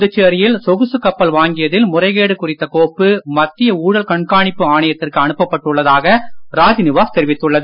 புதுச்சேரியில் சொகுசு கப்பல் வாங்கியதில் முறைகேடு குறித்த கோப்பு மத்திய ஊழல் கண்காணிப்பு ஆணையத்திற்கு அனுப்பப்பட்டு உள்ளதாக ராஜ்நிவாஸ் தெரிவித்துள்ளது